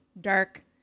dark